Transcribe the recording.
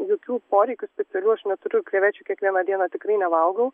jokių poreikių didelių aš neturiu krevečių kiekvieną dieną tikrai nevalgau